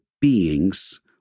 beings